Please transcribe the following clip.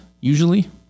usually